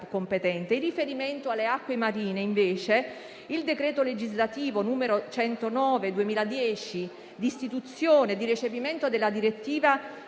In riferimento alle acque marine, invece, il decreto legislativo n. 109 del 2010 di istituzione e di recepimento della direttiva